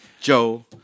Joe